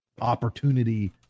opportunity